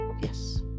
Yes